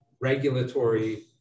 regulatory